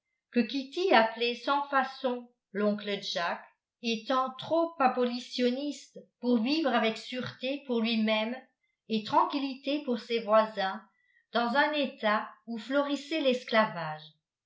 docteur ellison que kitty appelait sans façon l'oncle jack étant trop abolitioniste pour vivre avec sûreté pour lui-même et tranquillité pour ses voisins dans un etat où florissait l'esclavage